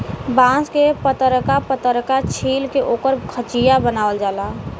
बांस के पतरका पतरका छील के ओकर खचिया बनावल जाला